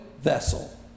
vessel